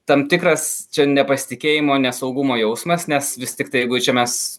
tam tikras čia nepasitikėjimo nesaugumo jausmas nes vis tiktai jeigu čia mes